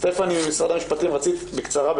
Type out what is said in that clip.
סטפני ממשרד המשפטים, רצית להוסיף בקצרה.